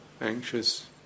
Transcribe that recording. anxious